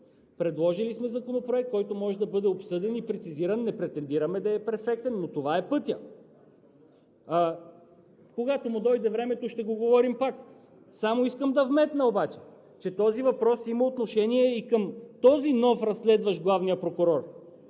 Предложили сме Законопроект, който може да бъде обсъден и прецизиран. Не претендираме да е перфектен, но това е пътят. Когато му дойде времето, ще го говорим пак. Искам само да вметна обаче, че този въпрос има отношение и към този нов разследващ главния прокурор,